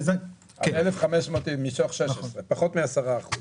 1,500 מתוך 16,000 פחות מ-10%.